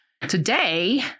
Today